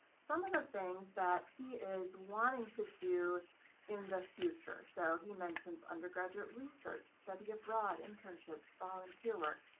some of the things that he is wanting to do in the future. so he mentions undergraduate research, study abroad, internships, volunteer work.